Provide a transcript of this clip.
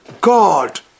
God